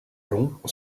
long